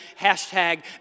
hashtag